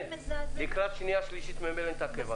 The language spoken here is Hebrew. --- שרן, לקראת שנייה ושלישת ממילא נתעכב על זה.